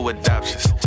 adoptions